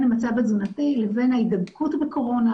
המצב התזונתי לבין ההדבקות בקורונה,